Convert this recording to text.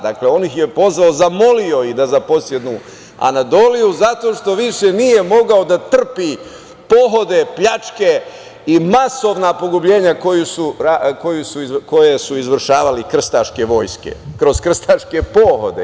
Dakle, on ih je pozvao, zamolio da zaposednu Anadoliju zato što više nije mogao da trpi pohode, pljačke i masovna pogubljenja koje su izvršavale krstaške vojske, kroz krstaške pohode.